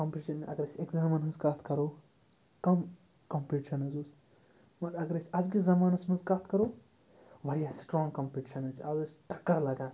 competition اگر أسۍ اٮ۪کزامَن ہٕنٛز کَتھ کَرو کَم کَمپِٹِشَن حظ اوس اگر أسۍ أزۍکِس زمانَس منٛز کَتھ کَرو واریاہ سٕٹرٛانٛگ کَمپِٹشَن حظ چھِ آز حظ چھِ ٹَکَر لَگان